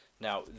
Now